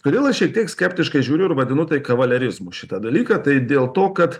kodėl aš šiek tiek skeptiškai žiūriu ir vadinu tai kavalerizmu šitą dalyką tai dėl to kad